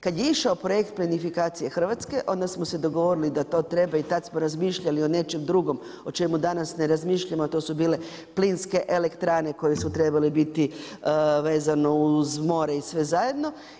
Kad je išao projekt plinifikacije Hrvatske onda smo se dogovorili da to treba i tad smo razmišljali o nečem drugom o čemu danas ne razmišljamo, a to su bile plinske elektrane koje su trebale biti vezano uz more i sve zajedno.